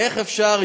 איך אפשר,